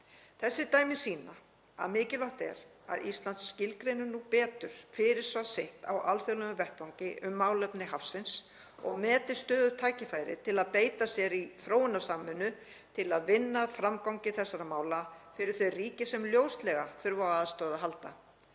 Þessi dæmi sýna að mikilvægt er að Ísland skilgreini nú betur fyrirsvar sitt á alþjóðlegum vettvangi um málefni hafsins og meti stöðugt tækifæri til að beita sér í þróunarsamvinnu til að vinna að framgangi þessara mála fyrir þau ríki sem ljóslega þurfa á aðstoð að halda.